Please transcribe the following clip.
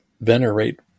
venerate